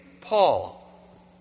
Paul